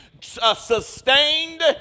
sustained